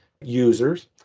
users